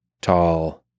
Tall